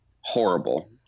horrible